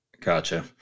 Gotcha